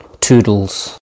toodles